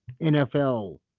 NFL